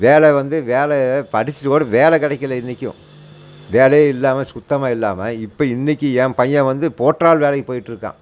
வேலை வந்து வேலை படிச்சுட்டு கூட வேலை கிடைக்கல இன்றைக்கும் வேலையே இல்லாமல் சுத்தமாக இல்லாமல் இப்போ இன்றைக்கி என் பையன் வந்து போற்றால் வேலைக்கு போயிட்டுருக்கான்